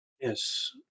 Yes